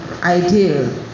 ideal